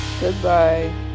Goodbye